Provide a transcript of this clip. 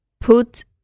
put